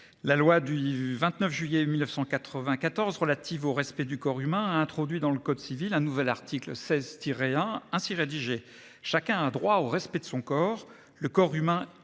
la loi du 29 juillet 1994 relative au respect du corps humain a introduit dans le code civil un nouvel article 16-1 ainsi rédigé :« Chacun a droit au respect de son corps. Le corps humain est inviolable. Le corps